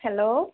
hello